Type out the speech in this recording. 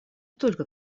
только